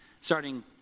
Starting